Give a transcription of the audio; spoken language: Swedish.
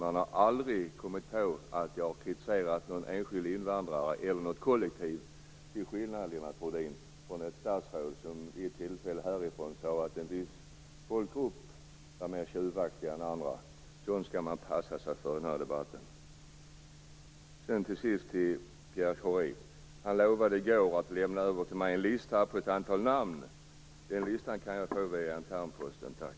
Man har aldrig kommit på att jag har kritiserat någon enskild invandrare eller något kollektiv, till skillnad, Lennart Rohdin, från ett statsråd som vid ett tillfälle sade i denna talarstol att en viss folkgrupp är mer tjuvaktig än andra. Sådant skall man passa sig för i debatten. Pierre Schori lovade i går att lämna över en lista med namn till mig. Den listan kan jag få via internposten, tack.